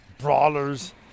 brawlers